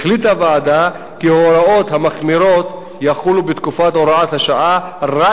החליטה הוועדה כי ההוראות המחמירות יחולו בתקופת הוראת השעה רק